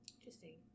Interesting